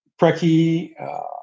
Preki